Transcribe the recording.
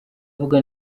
avuga